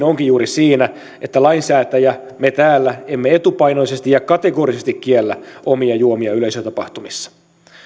juuri siinä että lainsäätäjä me täällä ei etupainoisesti ja kategorisesti kiellä omia juomia yleisötapahtumissa